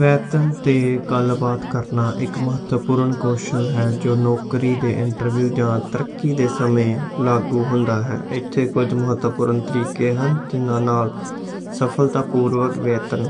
وےتن تے گال بات کرنا اک مہتوپورن کوشل ہے دونوں نوکری لئی انٹرویو یا ترقی کے لیے وچ ہوندا ہے اتے کچھ مہتوپورن طریقے ہن جنہاں نال سفلتا پوروک وےتن